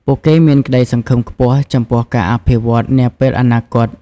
ពួកគេមានក្ដីសង្ឃឹមខ្ពស់ចំពោះការអភិវឌ្ឍន៍នាពេលអនាគត។